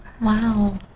Wow